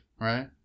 right